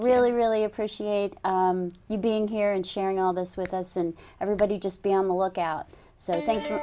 really really appreciate you being here and sharing all this with us and everybody just be on the lookout so thank